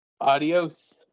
Adios